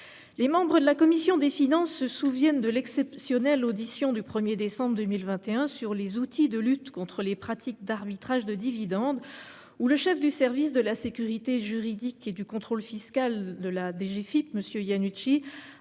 Les membres de la commission des finances se souviennent de l'exceptionnelle audition du 1 décembre 2021 sur les outils de lutte contre les pratiques d'arbitrage de dividendes, au cours de laquelle le chef du service de la sécurité juridique et du contrôle fiscal de la DGFiP, M. Iannucci,